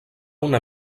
una